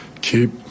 keep